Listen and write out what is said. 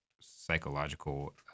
psychological